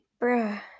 bruh